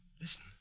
Listen